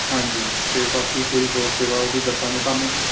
ਹਾਂਜੀ ਅਤੇ ਬਾਕੀ ਕੋਈ ਹੋਰ ਸੇਵਾ ਉਹ ਵੀ ਦੱਸਾਂਗੇ ਤੁਹਾਨੂੰ